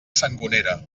sangonera